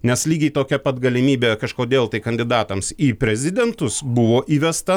nes lygiai tokia pat galimybė kažkodėl tai kandidatams į prezidentus buvo įvesta